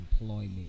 employment